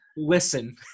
Listen